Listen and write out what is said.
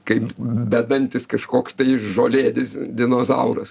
kaip bedantis kažkoks tai žolėdis dinozauras